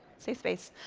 safe space.